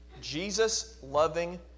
Jesus-loving